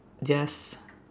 just